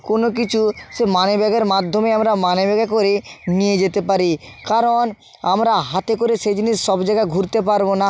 কোনো কিছু সে মানি ব্যাগের মাধ্যমে আমরা মানে ব্যাগে করে নিয়ে যেতে পারি কারণ আমরা হাতে করে সে জিনিস সব জায়গা ঘুরতে পারবো না